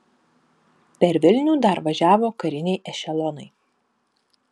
per vilnių dar važiavo kariniai ešelonai